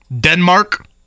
Denmark